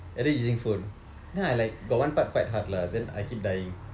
and then using phone then I like got one part quite hard lah then I keep dying